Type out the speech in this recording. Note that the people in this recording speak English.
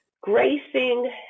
gracing